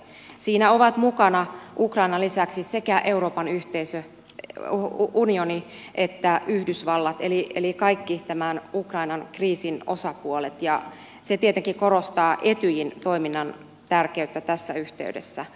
siinä ovat mukana ukrainan lisäksi sekä euroopan unioni että yhdysvallat eli kaikki tämän ukrainan kriisin osapuolet ja se tietenkin korostaa etyjin toiminnan tärkeyttä tässä yhteydessä